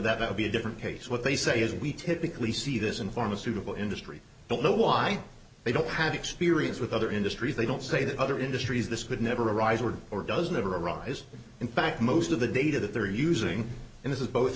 of that would be a different case what they say is we typically see this in pharmaceutical industry don't know why they don't have experience with other industries they don't say that other industries this could never arise were or does not arise in fact most of the data that they're using and this is both